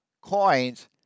coins